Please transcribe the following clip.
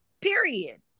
period